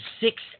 six